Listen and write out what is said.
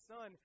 Son